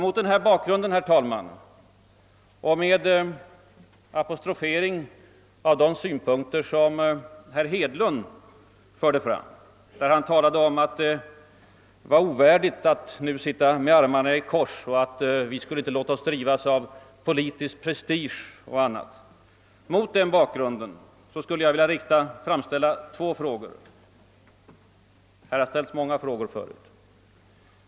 Mot den bakgrunden herr talman, och med apostroferande av de av herr Hedlund framförda synpunkterna, att det vore ovärdigt att nu sitta med armarna i kors och att låta sig drivas av politisk prestige, vill jag ställa två frå gor — trots att det redan förut ställts många frågor.